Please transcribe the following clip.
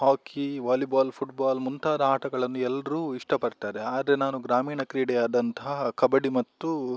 ಹಾಕಿ volleyball football ಮುಂತಾದ ಆಟಗಳನ್ನು ಎಲ್ಲರು ಇಷ್ಟಪಡ್ತಾರೆ ಆದರೆ ನಾನು ಗ್ರಾಮೀಣ ಕ್ರೀಡೆಯಾದಂತಹ ಕಬಡ್ಡಿ ಮತ್ತು